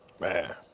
man